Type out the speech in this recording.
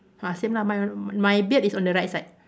ah same lah my my beard is on the right side